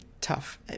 tough